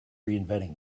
reinventing